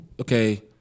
Okay